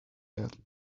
that